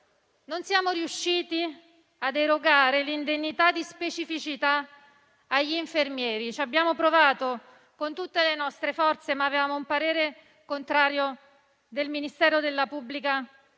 Non siamo riusciti ad erogare l'indennità di specificità agli infermieri. Ci abbiamo provato con tutte le nostre forze, ma avevamo un parere contrario del Ministero della funzione